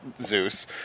zeus